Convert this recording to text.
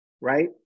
right